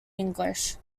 english